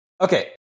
Okay